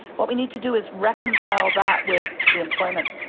what we need to do is reconcile that with the employment.